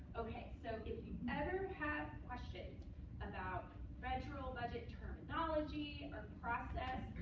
ok, so if you ever have questions about federal budget terminology or process,